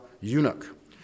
eunuch